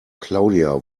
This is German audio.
claudia